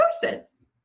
sources